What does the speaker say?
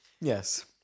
Yes